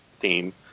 theme